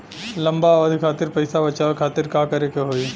लंबा अवधि खातिर पैसा बचावे खातिर का करे के होयी?